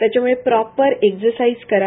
त्यामुळे proper exercise करा